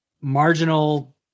marginal